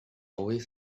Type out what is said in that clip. always